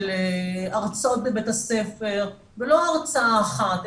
של הרצאות בבתי הספר ולא הרצאה אחת,